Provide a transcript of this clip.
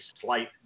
slight